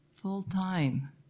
full-time